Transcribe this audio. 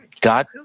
God